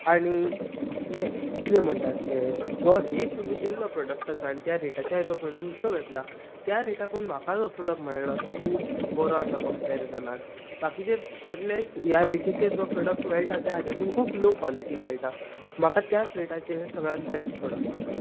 आनी हें कितें म्हणटात तें जो रेट तुमी दिल्लो प्रोडाक्टाचो आनी ज्या रेटाचेर तो प्रोडाक्ट विक्तो घेतला त्या रेटाकून म्हाका जो प्रोडाक्ट मेळ्ळा तो खूब बरो आसा कंपेरिजनान बाकीचे कसलेंच ह्या रेटिचेर जे प्रोडाक्ट मेळटाच तें हाज्याकून खूब लो काॅलिटी मेळाटा म्हाका त्याच रेटाचेर सगळ्यान बेश्ट प्रोडाक्ट मेळ्ळा